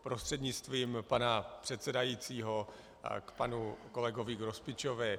Prostřednictvím pana předsedajícího k panu kolegovi Grospičovi.